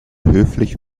höflich